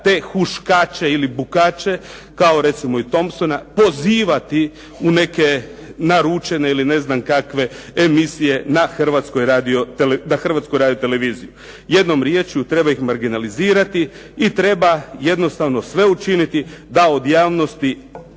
te huškače ili bukače kao recimo i Thompsona pozivati u neke naručene ili ne znam kakve emisije na Hrvatsku radio-televiziju. Jednom riječju treba im marginalizirati i treba jednostavno sve učiniti da javnost